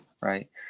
Right